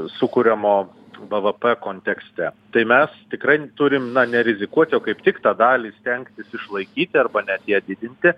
sukuriamo bvp kontekste tai mes tikrai turim na nerizikuoti o kaip tik tą dalį stengtis išlaikyti arba net ją didinti